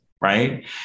Right